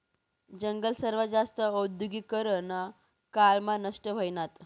जंगल सर्वात जास्त औद्योगीकरना काळ मा नष्ट व्हयनात